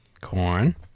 Corn